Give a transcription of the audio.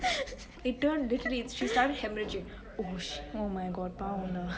it turned literally she started hemorrhaging